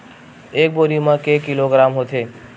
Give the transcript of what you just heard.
एक बोरी म के किलोग्राम होथे?